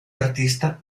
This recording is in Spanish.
artista